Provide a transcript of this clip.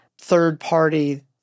third-party